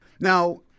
Now